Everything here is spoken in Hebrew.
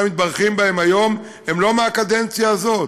מתברכים בהם היום הם לא מהקדנציה הזאת,